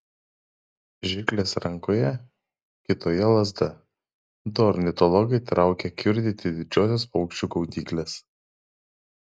žirklės rankoje kitoje lazda du ornitologai traukia kiurdyti didžiosios paukščių gaudyklės